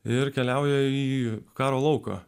ir keliauja į karo lauko